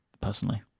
personally